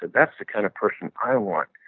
that's the kind of person i want.